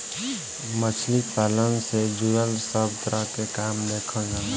मछली पालन से जुड़ल सब तरह के काम देखल जाला